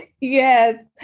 yes